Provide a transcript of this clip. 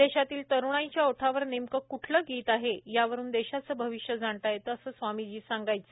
देशातील तरुणाईच्या ओठावर नेमके कुठले गीत आहे यावरून देशाचे भविष्य जाणता येते असं स्वामीजी सांगायचे